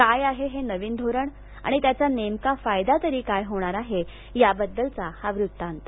काय आहे हे नवं धोरण आणि त्याचा नेमका फायदा तरी काय होणार आहे याबद्दलचा हा वृत्तांत